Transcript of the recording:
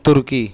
ترکی